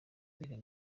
mbere